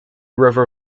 river